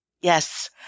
Yes